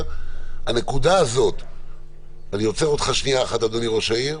אני עוצר אותך לשנייה אחת, אדוני ראש העיר.